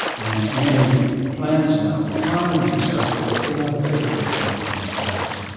and many plans about retirement and so forth were rather predicated on high returns.